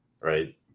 right